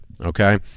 Okay